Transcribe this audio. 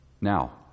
Now